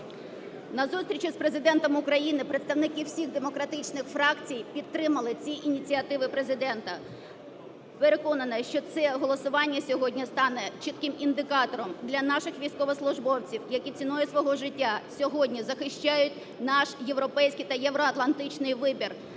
На зустрічі з Президентом України представники всіх демократичних фракцій підтримали ці ініціативи Президента. Переконана, що це голосування сьогодні стане чітким індикатором для наших військовослужбовців, які ціною свого життя сьогодні захищають наш європейський та євроатлантичний вибір